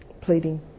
pleading